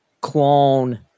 clone